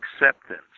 acceptance